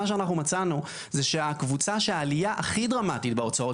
מה שאנחנו מצאנו זה שהקבוצה שהעלייה הכי דרמטית בהוצאות